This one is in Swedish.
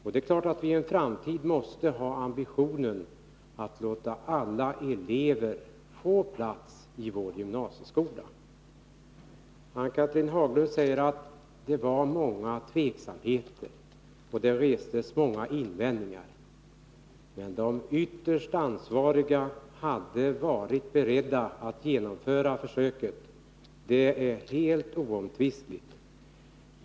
Vi måste ha ambitionen att i framtiden låta alla elever få plats i gymnasieskolan. Ann-Cathrine Haglund säger att tveksamheten var stor och att det restes många invändningar. Men de ytterst ansvariga var beredda att genomföra försöket, det är helt oomtvistligt.